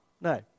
no